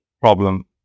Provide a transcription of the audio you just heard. problem